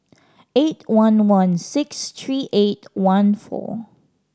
eight one one six three eight one four